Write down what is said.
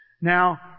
Now